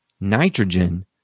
nitrogen